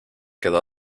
quedó